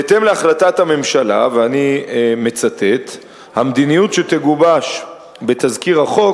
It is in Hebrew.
בהתאם להחלטת הממשלה: "המדיניות שתגובש בתזכיר החוק